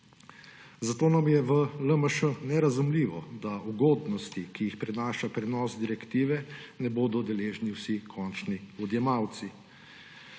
Zato nam je v LMŠ nerazumljivo, da ugodnosti, ki jih prinaša prenos direktive, ne bodo deležni vsi končni odjemalci.